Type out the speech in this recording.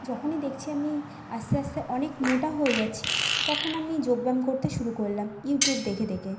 যখনই দেখছি আমি আস্তে আস্তে অনেক মোটা হয়ে যাচ্ছি তখন আমি যোগ ব্যায়াম করতে শুরু করলাম ইউটিউব দেখে দেখে